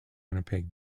winnipeg